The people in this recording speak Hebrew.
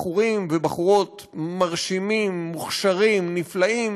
בחורים ובחורות מרשימים, מוכשרים, נפלאים,